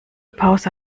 pause